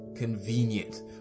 Convenient